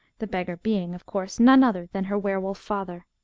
the beggar being, of course, none other than her were-wolf father.